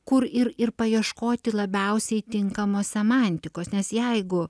kur ir ir paieškoti labiausiai tinkamos semantikos nes jeigu